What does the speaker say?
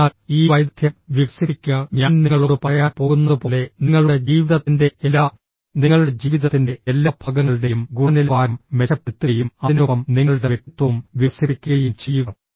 അതിനാൽ ഈ വൈദഗ്ദ്ധ്യം വികസിപ്പിക്കുക ഞാൻ നിങ്ങളോട് പറയാൻ പോകുന്നതുപോലെ നിങ്ങളുടെ ജീവിതത്തിന്റെ എല്ലാ നിങ്ങളുടെ ജീവിതത്തിന്റെ എല്ലാ ഭാഗങ്ങളുടെയും ഗുണനിലവാരം മെച്ചപ്പെടുത്തുകയും അതിനൊപ്പം നിങ്ങളുടെ വ്യക്തിത്വവും വികസിപ്പിക്കുകയും ചെയ്യുക